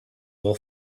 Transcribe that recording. will